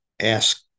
ask